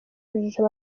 urujijo